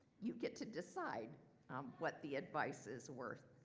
you get to decide um what the advice is worth.